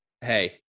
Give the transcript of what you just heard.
hey